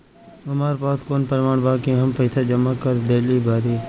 हमरा पास कौन प्रमाण बा कि हम पईसा जमा कर देली बारी?